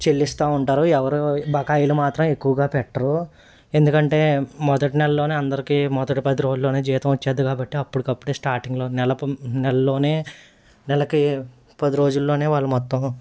చెల్లిస్తూ ఉంటారు ఎవరూ బకాయిలు మాత్రం ఎక్కువగా పెట్టరు ఎందుకంటే మొదటి నెల్లోనే అందరికీ మొదటి పది రోజుల్లోనే జీతం వచ్చేస్తుంది కాబట్టి అప్పుడికప్పుడే స్టార్టింగ్లో నెల పొ నెల్లోనే నెలకి పది రోజుల్లోనే వాళ్ళు మొత్తం